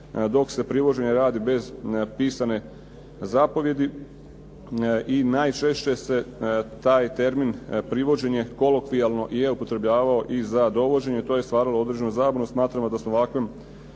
dok se privođenje radi bez pisani zapovjedi i najčešće se taj termin privođenje kolokvijano je upotrebljavao i za dovođenje. To je stvaralo određenu zabunu. Smatramo da smo ovakvim